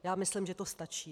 Já myslím, že to stačí.